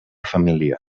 família